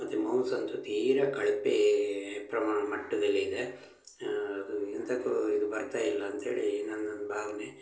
ಮತ್ತು ಮೌಸ್ ಅಂತೂ ತೀರ ಕಳಪೆ ಪ್ರಮಾಣ ಮಟ್ಟದಲ್ಲಿದೆ ಅದು ಎಂತಕ್ಕೂ ಇದು ಬರ್ತ ಇಲ್ಲ ಅಂತ ಹೇಳಿ ನನ್ನ ಭಾವನೆ